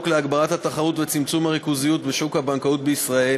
להגברת התחרות ולצמצום הריכוזיות בשוק הבנקאות בישראל